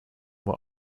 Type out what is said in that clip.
what